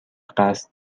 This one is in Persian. قصد